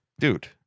dude